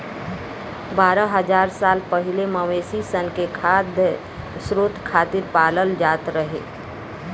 बारह हज़ार साल पहिले मवेशी सन के खाद्य स्रोत खातिर पालल जात रहे